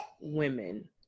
women